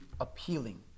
appealing